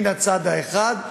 מצד אחד,